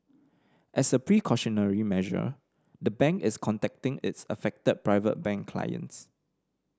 as a precautionary measure the bank is contacting its affected Private Bank clients